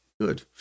Good